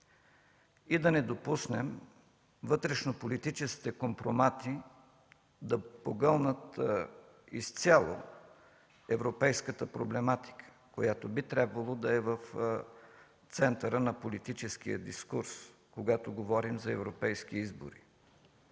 и да не допуснем вътрешно политическите компромати да погълнат изцяло европейската проблематика, която би следвало да е в центъра на политическия дискурс, когато говорим за европейски избори.